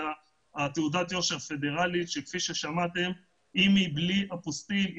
תעודת יושר פדרלית שכפי ששמעתם אם היא בלי אפוסטיל,